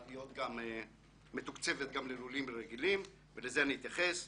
היא מתוקצבת גם ללולים רגילים ולזה אני אתייחס.